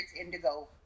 Indigo